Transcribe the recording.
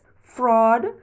fraud